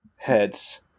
heads